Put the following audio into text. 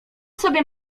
sobie